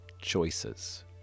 choices